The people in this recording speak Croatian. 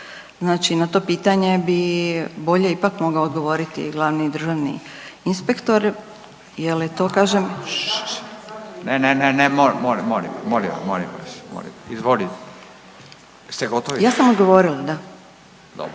Znači na to pitanje bi bolje ipak mogao odgovoriti glavni državni inspektor jer je kažem